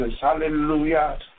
Hallelujah